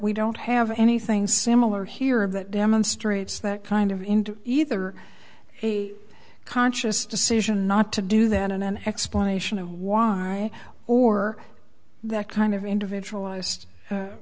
we don't have anything similar here of that demonstrates that kind of into either a conscious decision not to do that in an explanation of why or that kind of individualized